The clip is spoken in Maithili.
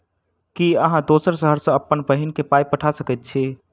की अहाँ दोसर शहर सँ अप्पन बहिन केँ पाई पठा सकैत छी?